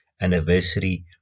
anniversary